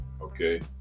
okay